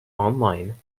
online